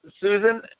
Susan